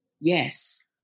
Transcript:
Yes